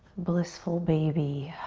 blissful baby.